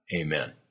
Amen